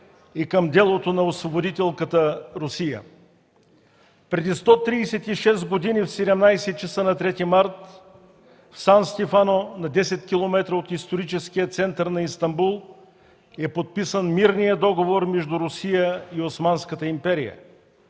и към делото на освободителката Русия. Преди 136 години в 17,00 ч. на 3 март в Сан Стефано – на десет километра от историческия център на Истанбул, е подписан мирният договор между Русия и Османската империя.